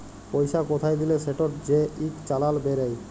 পইসা কোথায় দিলে সেটর যে ইক চালাল বেইরায়